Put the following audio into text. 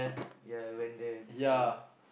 ya I went there before